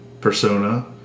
persona